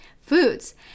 foods